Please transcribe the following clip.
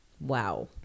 Wow